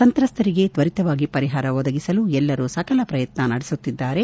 ಸಂತ್ರಸ್ತರಿಗೆ ತ್ವರಿತವಾಗಿ ಪರಿಹಾರ ಒದಗಿಸಲು ಎಲ್ಲರೂ ಸಕಲ ಪ್ರಯತ್ವ ನಡೆಸುತ್ತಿದ್ದಾರೆ